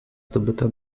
zdobytą